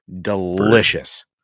Delicious